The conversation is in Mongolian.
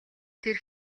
тэр